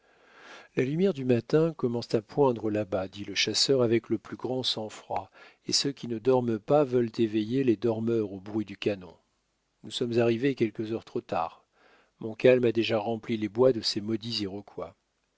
la lumière du matin commence à poindre là-bas dit le chasseur avec le plus grand sang-froid et ceux qui ne dorment pas veulent éveiller les dormeurs au bruit du canon nous sommes arrivés quelques heures trop tard montcalm a déjà rempli les bois de ses maudits